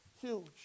Huge